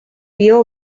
vio